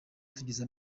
tugize